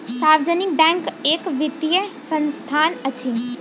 सार्वजनिक बैंक एक वित्तीय संस्थान अछि